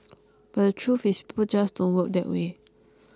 but the truth is people just don't work that way